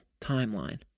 timeline